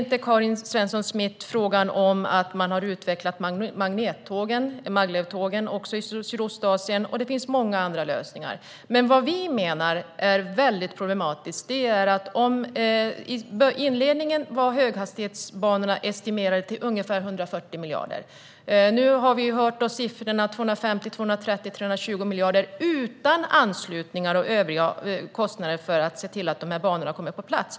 Karin Svensson Smith nämnde inte att man har utvecklat maglevtågen, som svävar på magnetfältet, också i Sydostasien. Det finns även många andra lösningar. Det som vi anser är mycket problematiskt är att höghastighetsbanorna från början var estimerade till ungefär 140 miljarder. Nu har vi hört siffrorna 230, 250 och 320 miljarder utan anslutningar och övriga kostnader för att se till att dessa banor kommer på plats.